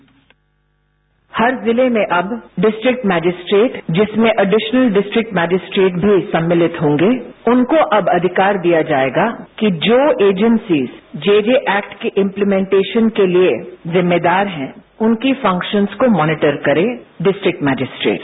bite Smriti Irani हर जिले में अब डिस्ट्रिक्ट मैजिस्ट्रेट जिसमें एडिशनल डिस्ट्रिक्ट मैजिस्ट्रेट भी सम्मिलित होंगे उनको अब अविकार दिया जायेगा कि जो ऐजेन्सीज जे जे एक्ट के इम्म्तिमेन्टेशन के लिये जिम्मेदार हैं उनकी फंक्शन्त को मॉनिटर करे डिस्ट्रिक्ट मैजिस्ट्रेट